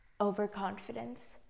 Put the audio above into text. Overconfidence